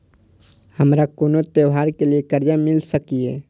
हमारा कोनो त्योहार के लिए कर्जा मिल सकीये?